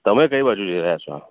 તમે કઈ બાજુ જઈ રહ્યા છો